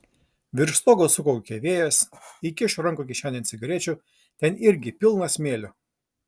virš stogo sukaukė vėjas įkišo ranką kišenėn cigarečių ten irgi pilna smėlio